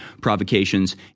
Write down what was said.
provocations